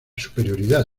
superioridad